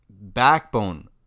backbone